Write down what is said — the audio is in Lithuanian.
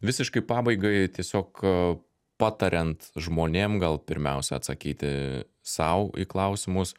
visiškai pabaigai tiesiog patariant žmonėm gal pirmiausia atsakyti sau į klausimus